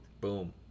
Boom